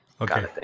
Okay